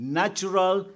natural